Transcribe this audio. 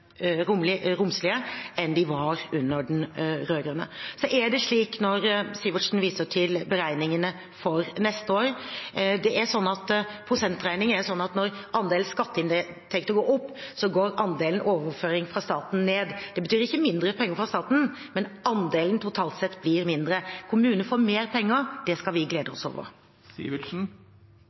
romslige enn de var under de rød-grønne. Når Sivertsen viser til beregningene for neste år, er prosentregningen sånn at når andelen skatteinntekter går opp, går andelen overføringer fra staten ned. Det betyr ikke mindre penger fra staten, men andelen totalt sett blir mindre. Kommunene får mer penger, det skal vi glede oss over.